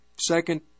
second